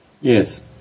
Yes